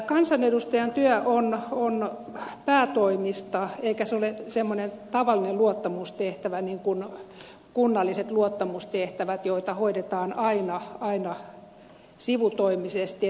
kansanedustajan työ on päätoimista eikä se ole semmoinen tavallinen luottamustehtävä niin kuin kunnalliset luottamustehtävät joita hoidetaan aina sivutoimisesti